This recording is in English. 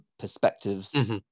perspectives